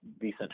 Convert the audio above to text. decent